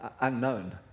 Unknown